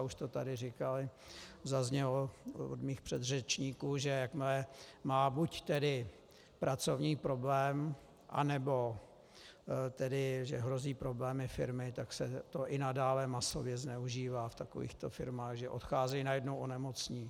Už to tady zaznělo od mých předřečníků, že jakmile má buď tedy pracovní problém, anebo hrozí problémy firmy, tak se to i nadále masově zneužívá v takovýchto firmách, že odcházejí, najednou onemocní.